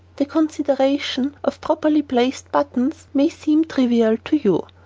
the consideration of properly placed buttons may seem trivial to you,